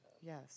Yes